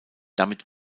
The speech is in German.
damit